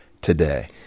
today